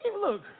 Look